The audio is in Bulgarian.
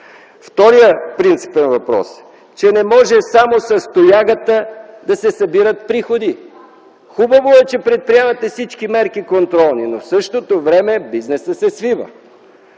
Вторият принципен въпрос е, че не може само с тоягата да се събират приходи. Хубаво е, че предприемате всички контролни мерки, но в същото време бизнесът се свива.